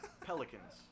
Pelicans